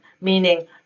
meaning